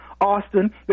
Austin